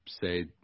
say